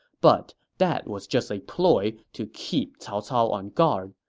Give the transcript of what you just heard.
but that was just a ploy to keep cao cao on guard.